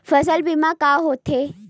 फसल बीमा का होथे?